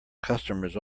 customers